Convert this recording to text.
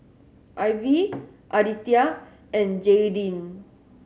Ivy Aditya and Jaydin